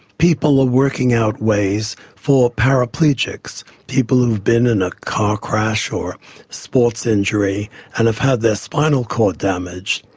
people are working out ways for paraplegics, people who have been in a car crash or sports injury and have had their spinal cord damaged,